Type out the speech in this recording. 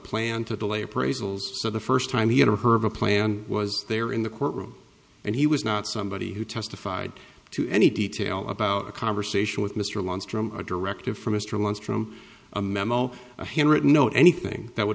plan to delay appraisals the first time he ever heard of a plan was there in the courtroom and he was not somebody who testified to any detail about a conversation with mr luntz drum a directive from mr launched from a memo a handwritten note anything that would